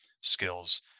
skills